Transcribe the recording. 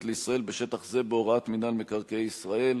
לישראל בשטח זה בהוראת מינהל מקרקעי ישראל.